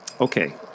Okay